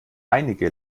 einige